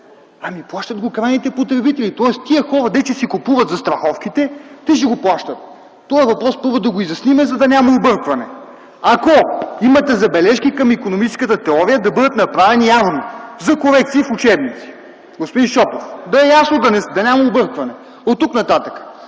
Плащат ги крайните потребители, тоест тези хора, дето си купуват застраховките, те си го плащат. Този въпрос първо да го изясним, за да няма объркване. Ако имате забележки към икономическата теория, те да бъдат направени явно – за корекции в учебниците, господин Шопов, за да е ясно и да няма объркване. Оттук нататък